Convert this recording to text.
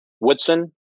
Woodson